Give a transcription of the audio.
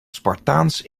spartaans